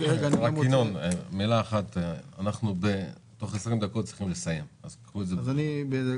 תוך 20 דקות אנחנו צריכים לסיים אז קחו את זה בחשבון.